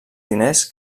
diners